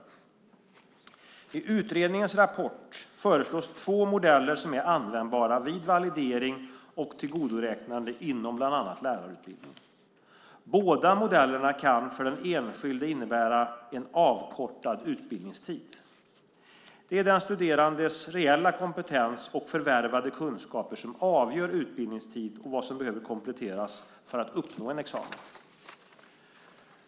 I utredningens rapport, Rapport från utredningen angående förkortad utbildningstid inom sjuksköterske och lärarutbildningarna, föreslås två modeller som är användbara vid validering och tillgodoräknande inom bland annat lärarutbildningen. Båda modellerna kan för den enskilde innebära en avkortad utbildningstid. Det är den studerandes reella kompetens och förvärvade kunskaper som avgör utbildningstid och vad som behöver kompletteras för att uppnå en examen.